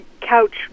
couch